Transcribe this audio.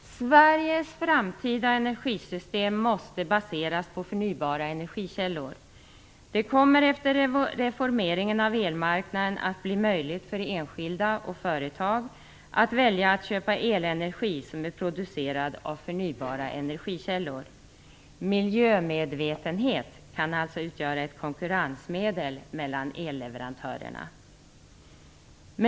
Sveriges framtida energisystem måste baseras på förnybara energikällor. Det kommer efter reformeringen av elmarknaden att bli möjligt för enskilda och företag att välja att köpa elenergi som är producerad av förnybara energikällor. Miljömedvetenhet kan alltså utgöra ett konkurrensmedel mellan elleverantörerna.